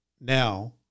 now